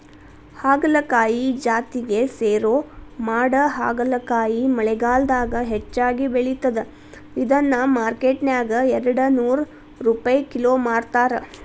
ಹಾಗಲಕಾಯಿ ಜಾತಿಗೆ ಸೇರೋ ಮಾಡಹಾಗಲಕಾಯಿ ಮಳೆಗಾಲದಾಗ ಹೆಚ್ಚಾಗಿ ಬೆಳಿತದ, ಇದನ್ನ ಮಾರ್ಕೆಟ್ನ್ಯಾಗ ಎರಡನೂರ್ ರುಪೈ ಕಿಲೋ ಮಾರ್ತಾರ